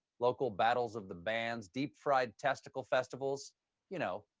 local battles of the bands, deep-fried testicle festivals you know,